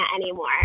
anymore